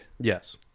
Yes